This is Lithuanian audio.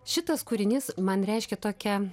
šitas kūrinys man reiškia tokią